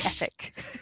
epic